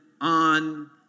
on